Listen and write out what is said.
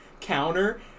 counter